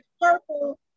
purple